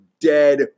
dead